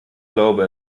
glaube